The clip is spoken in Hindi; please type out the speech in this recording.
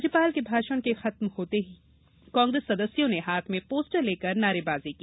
राज्यपाल के भाषण के खत्म होते ही कांग्रेस सदस्यों ने हाथ मे पोस्टर लेकर नारेबाजी की